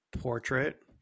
portrait